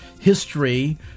history